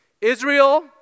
Israel